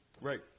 Right